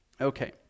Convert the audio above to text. okay